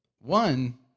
one—